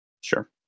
Sure